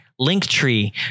Linktree